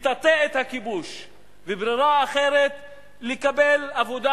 לטאטא את הכיבוש וברירה אחרת לקבל עבודה